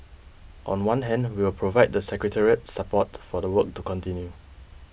on one hand we'll provide the secretariat support for the work to continue